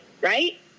right